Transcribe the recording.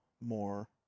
more